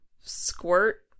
squirt